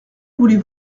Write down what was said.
voulez